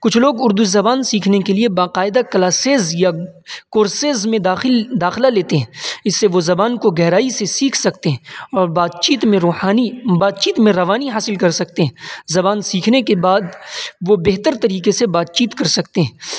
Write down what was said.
کچھ لوگ اردو زبان سیکھنے کے لیے باقاعدہ کلاسسیز یا کورسسیز میں داخل داخلہ لیتے ہیں اس سے وہ زبان کو گہرائی سے سیکھ سکتے ہیں اور بات چیت میں روحانی بات چیت میں روانی حاصل کر سکتے ہیں زبان سیکھنے کے بعد وہ بہتر طریقے سے بات چیت کر سکتے ہیں